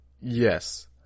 Yes